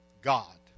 God